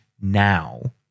now